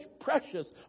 precious